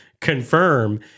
confirm